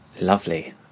lovely